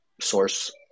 source